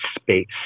space